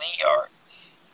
yards